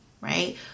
right